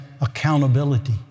accountability